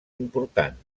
important